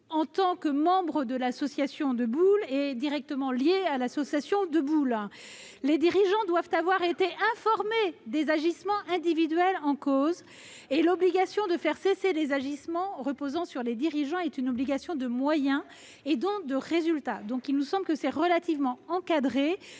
en tant que membre de l'association ou que son acte soit directement lié à son activité. Les dirigeants doivent avoir été informés des agissements individuels en cause et l'obligation de faire cesser les agissements reposant sur eux est une obligation de moyens, et non pas de résultat. Il nous semble que c'est relativement encadré